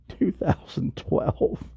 2012